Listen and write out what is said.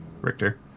Richter